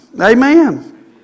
Amen